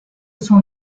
son